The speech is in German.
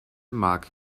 mag